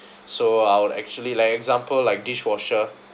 so I would actually like example like dishwasher